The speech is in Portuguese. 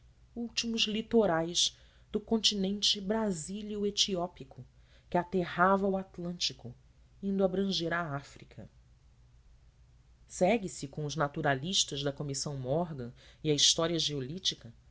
últimos litorais do continente brasílio etiópico que aterrava o atlântico indo abranger a áfrica segue-se com os naturalistas da comissão morgan e a história